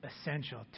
Essential